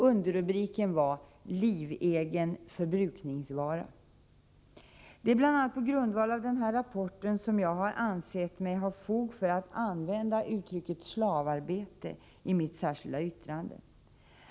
Underrubriken var ”- livegen förbrukningsvara”. Det är bl.a. på grundval av den rapporten som jag ansett mig ha fog för att använda uttrycket slavarbete i mitt särskilda yttrande.